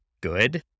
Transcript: good